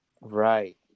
Right